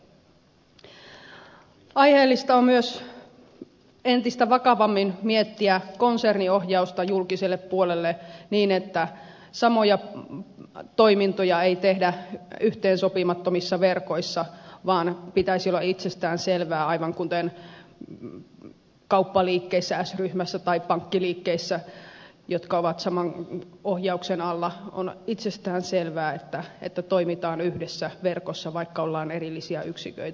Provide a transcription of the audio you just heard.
aiheellista on myös entistä vakavammin miettiä konserniohjausta julkiselle puolelle niin että samoja toimintoja ei tehdä yhteensopimattomissa verkoissa vaan pitäisi olla itsestään selvää aivan kuten kauppaliikkeissä s ryhmässä tai pankkiliikkeissä jotka ovat saman ohjauksen alla että toimitaan yhdessä verkossa vaikka ollaan erillisiä yksiköitä